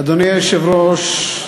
אדוני היושב-ראש,